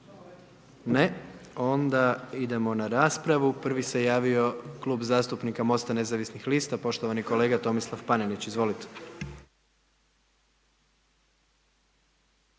Ne. Onda idemo na raspravu. Prvi se javio Klub zastupnika Mosta nezavisnih lista, poštovani kolega Tomislav Panenić, izvolite.